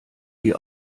die